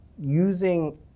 using